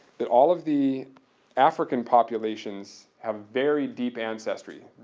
that all of the african populations have very deep ancestry.